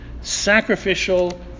sacrificial